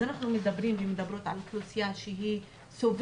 אז אנחנו מדברים ומדברות על אוכלוסייה שסובלת